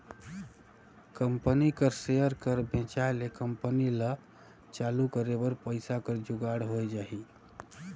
company कर share कर बेंचाए ले कंपनी ल चालू करे बर पइसा कर जुगाड़ होए जाही